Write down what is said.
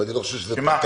ואני לא חושב שזה פטנט.